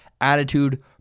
attitude